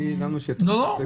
לא.